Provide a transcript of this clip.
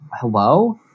hello